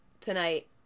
tonight